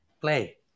play